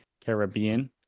Caribbean